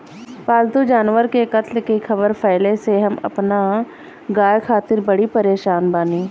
पाल्तु जानवर के कत्ल के ख़बर फैले से हम अपना गाय खातिर बड़ी परेशान बानी